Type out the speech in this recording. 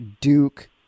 Duke